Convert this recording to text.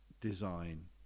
design